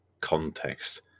context